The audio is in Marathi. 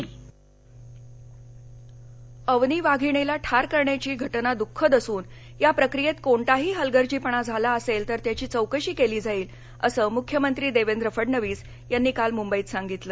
मख्यमंत्री अवनी अवनी वाधिणीला ठार करण्याची घटना द्ःखद असून या प्रक्रियेत कोणताही हलगर्जीपणा झाला असेल तर त्याची चौकशी केली जाईल असं मुख्यमंत्री देवेंद्र फडणवीस यांनी काल मुंबईत सांगितलं